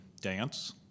dance